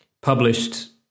published